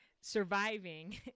surviving